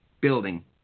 building